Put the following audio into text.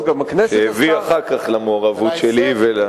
שהביא אחר כך למעורבות שלי.